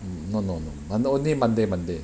no no no mo~ only monday monday